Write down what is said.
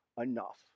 enough